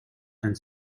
and